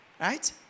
Right